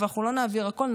אבל אנחנו לא נעביר הכול,